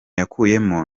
yakuyemo